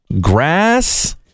Grass